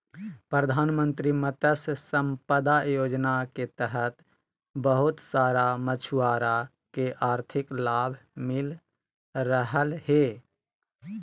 प्रधानमंत्री मत्स्य संपदा योजना के तहत बहुत सारा मछुआरा के आर्थिक लाभ मिल रहलय हें